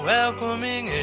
Welcoming